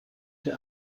der